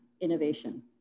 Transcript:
innovation